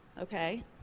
okay